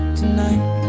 tonight